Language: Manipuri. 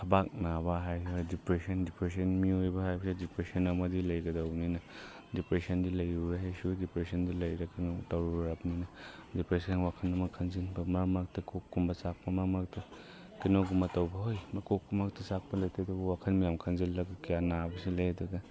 ꯊꯕꯥꯛ ꯅꯥꯕ ꯍꯥꯏꯔꯒ ꯗꯤꯄ꯭ꯔꯦꯁꯟ ꯗꯤꯄ꯭ꯔꯦꯁꯟ ꯃꯤꯑꯣꯏꯕ ꯍꯥꯏꯕꯁꯦ ꯗꯤꯄ꯭ꯔꯦꯁꯟ ꯑꯃꯗꯤ ꯂꯩꯒꯗꯧꯅꯤꯅ ꯗꯤꯄ꯭ꯔꯦꯁꯟꯗꯤ ꯂꯩꯔꯨꯔꯦ ꯑꯩꯁꯨ ꯗꯤꯄ꯭ꯔꯦꯁꯟꯗꯨ ꯂꯩꯔꯒ ꯀꯩꯅꯣ ꯇꯧꯔꯨꯔꯕꯅꯤꯅ ꯗꯤꯄ꯭ꯔꯦꯁꯟ ꯋꯥꯈꯟ ꯑꯃ ꯈꯟꯖꯤꯟꯕ ꯃꯔꯛ ꯃꯔꯛꯇ ꯀꯣꯛꯀꯨꯝꯕ ꯆꯥꯛꯄ ꯃꯔꯛ ꯃꯔꯛꯇ ꯀꯩꯅꯣꯒꯨꯝꯕ ꯇꯧꯕ ꯍꯣꯏ ꯃꯀꯣꯛ ꯃꯔꯛꯇ ꯆꯥꯛꯄ ꯂꯩꯇꯦ ꯑꯗꯨꯕꯨ ꯋꯥꯈꯜ ꯃꯌꯥꯝ ꯈꯟꯖꯤꯟꯂꯒ ꯀꯌꯥ ꯅꯥꯕꯁꯨ ꯂꯩ ꯑꯗꯨꯒ